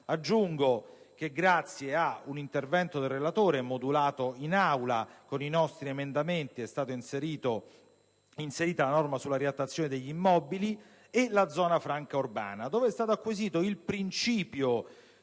Aggiungo che grazie ad un intervento del relatore, modulato in Aula sulla base dei nostri emendamenti, è stata inserita la norma sulla riattazione degli immobili e la zona franca urbana, rispetto alla quale è stato acquisito il principio